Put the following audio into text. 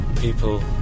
People